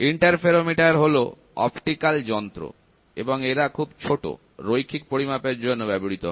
interferometer হল optical যন্ত্র এবং এরা খুব ছোট রৈখিক পরিমাপের জন্য ব্যবহৃত হয়